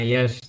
Yes